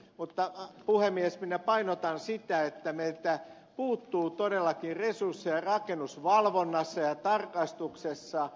mutta puhemies minä painotan sitä että meiltä puuttuu todellakin resursseja rakennusvalvonnassa ja tarkastuksessa